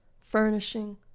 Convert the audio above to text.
furnishing